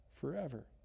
forever